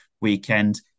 Weekend